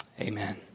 Amen